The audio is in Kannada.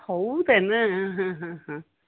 ಹೌದೇನು ಹಾಂ ಹಾಂ ಹಾಂ ಹಾಂ